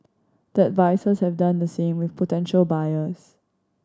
the advisers have done the same with potential buyers